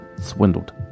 swindled